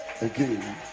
again